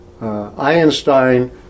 Einstein